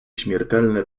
śmiertelnie